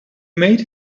made